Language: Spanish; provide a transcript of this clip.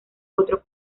otro